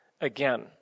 again